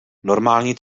normální